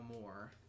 More